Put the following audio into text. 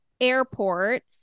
airport